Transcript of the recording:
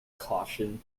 caution